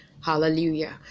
hallelujah